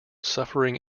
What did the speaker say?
suffering